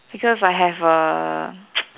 because I have a